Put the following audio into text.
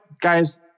guys